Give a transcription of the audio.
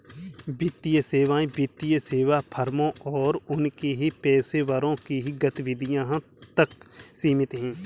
वित्तीय सेवाएं वित्तीय सेवा फर्मों और उनके पेशेवरों की गतिविधि तक सीमित हैं